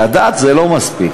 לדעת זה לא מספיק.